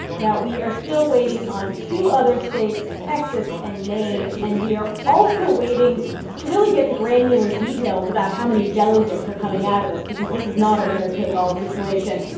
now, we are still waiting on two other states texas and maine. and we are also waiting to really get the granular details about how many delegates are coming out of this because this is not a winner-take-all situation.